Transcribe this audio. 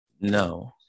No